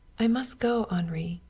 i must go, henri.